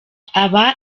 aba